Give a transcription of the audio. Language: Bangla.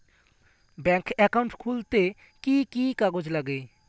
ব্যাঙ্ক একাউন্ট খুলতে কি কি কাগজ লাগে?